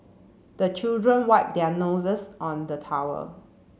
the children wipe their noses on the towel